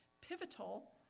pivotal